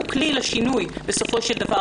הוא כלי לשינוי בסופו של דבר,